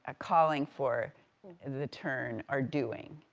ah calling for the turn are doing,